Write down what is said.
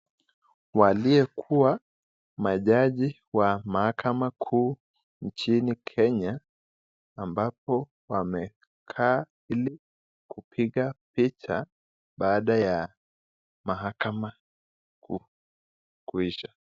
Waliye kuwa majiji wa mahakama kuu nchini kenya ambapo wamekaa ili kupiga picha baada ya mahakama kuisha.